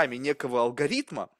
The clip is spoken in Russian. некого алгоритма.